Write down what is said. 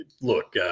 look